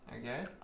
Okay